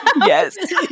Yes